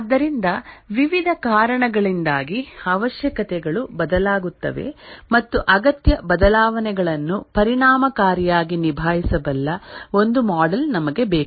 ಆದ್ದರಿಂದ ವಿವಿಧ ಕಾರಣಗಳಿಂದಾಗಿ ಅವಶ್ಯಕತೆಗಳು ಬದಲಾಗುತ್ತವೆ ಮತ್ತು ಅಗತ್ಯ ಬದಲಾವಣೆಗಳನ್ನು ಪರಿಣಾಮಕಾರಿಯಾಗಿ ನಿಭಾಯಿಸಬಲ್ಲ ಒಂದು ಮಾಡೆಲ್ ನಮಗೆ ಬೇಕು